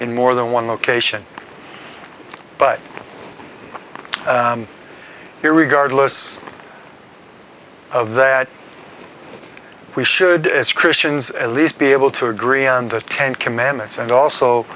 in more than one location but here regardless of that we should as christians at least be able to agree on the ten commandments and also